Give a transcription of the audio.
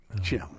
Jim